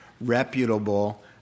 reputable